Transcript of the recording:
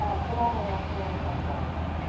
ah phenomenal enough to land her on shark tank.